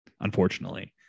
Unfortunately